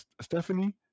stephanie